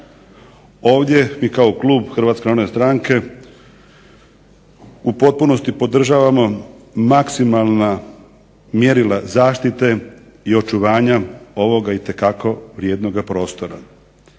Ovdje bi kao klub HNS u potpunosti podržavamo maksimalna mjerila zaštite i očuvanja ovoga itekako vrijednoga prostora.